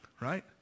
right